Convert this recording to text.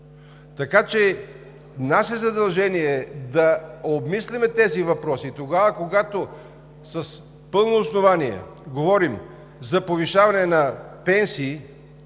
Така че наше задължение е да обмислим тези въпроси и тогава, когато с пълно основание говорим за повишаване на пенсии,